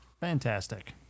Fantastic